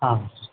आम्